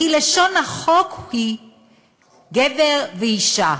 כי לשון החוק היא "גבר ואישה"